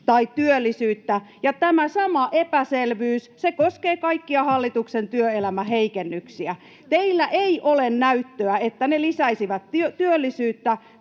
tai työllisyyttä, ja tämä sama epäselvyys koskee kaikkia hallituksen työelämäheikennyksiä. Teillä ei ole näyttöä, että ne lisäisivät työllisyyttä